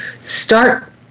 start